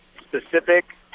specific